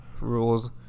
rules